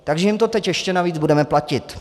Takže jim to teď ještě navíc budeme platit.